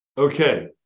Okay